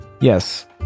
Yes